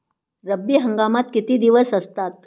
रब्बी हंगामात किती दिवस असतात?